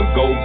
go